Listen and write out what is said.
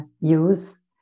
use